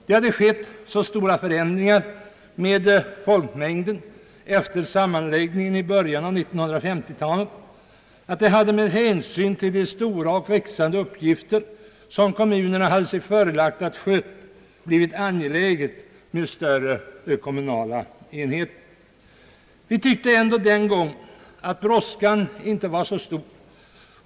Det hade skett så stora förändringar med folkmängden efter sammanläggningen i början av 1950-talet att det, med hänsyn till de stora och växande uppgifter som kommunerna hade sig förelagda att sköta, hade blivit angeläget med större kommunala enheter. Vi tyckte ändå den gången att brådskan inte var så stor.